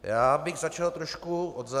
Já bych začal trošku odzadu.